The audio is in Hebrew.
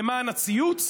למען הציוץ,